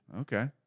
Okay